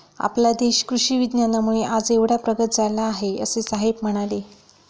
आपला देश कृषी विज्ञानामुळे आज एवढा प्रगत झाला आहे, असे साहेब म्हणाले